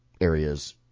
areas